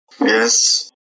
Yes